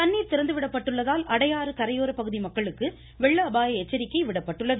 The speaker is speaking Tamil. தண்ணீர் திறந்து விடப்பட்டுள்ளதால் அடையாறு கரையோர பகுதி மக்களுக்கு வெள்ள அபாய எச்சரிக்கை விடுக்கப்பட்டுள்ளது